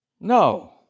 No